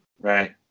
Right